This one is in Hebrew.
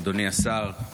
אדוני השר,